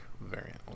variant